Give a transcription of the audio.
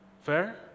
Fair